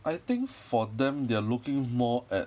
I think for them they are looking more at